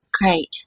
Great